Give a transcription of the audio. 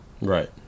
right